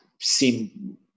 seem